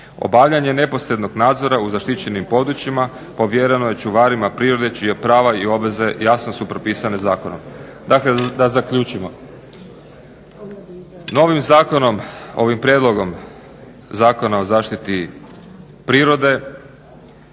Obavljanje neposrednog nadzora u zaštićenim područjima povjereno je čuvarima prirode čija prava i obveze jasno su propisane zakonom. Dakle, da zaključimo. Novim zakonom ovim prijedlogom Zakona o zaštiti prirode